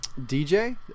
DJ